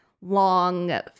long